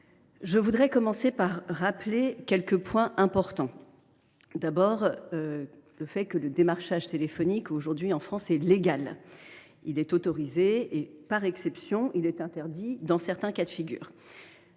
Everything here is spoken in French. Je voudrais commencer par rappeler quelques points importants. Le démarchage téléphonique en France est légal et autorisé ; par exception, il est interdit dans certains cas de figure,